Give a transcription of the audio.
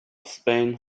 spain